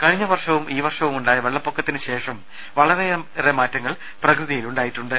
കഴിഞ്ഞ വർഷവും ഈ വർഷവുമുണ്ടായ വെള്ളപ്പൊക്കത്തിന് ശേഷം വളരെയേറെ മാറ്റങ്ങൾ പ്രകൃതിയിലുണ്ടായിട്ടുണ്ട്